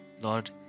Lord